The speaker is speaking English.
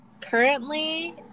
currently